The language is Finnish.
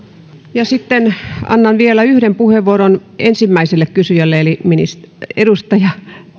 sitten annan vielä yhden puheenvuoron ensimmäiselle kysyjälle eli edustaja